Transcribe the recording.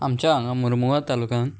आमच्या हांगा मोरमुगांव तालुक्यान